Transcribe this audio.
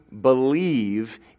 believe